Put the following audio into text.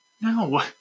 No